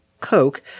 Coke